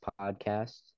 podcast